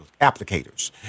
applicators